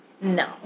No